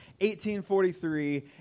1843